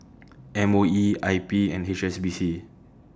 M O E I P and H S B C